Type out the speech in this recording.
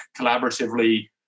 collaboratively